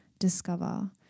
discover